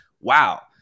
wow